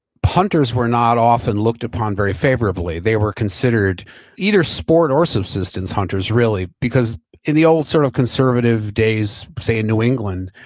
hunters were not often looked upon very favorably. they were considered either sport or subsistence hunters really, because in the old sort of conservative days say in new england,